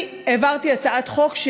אני העברתי הצעת חוק,